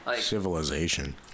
Civilization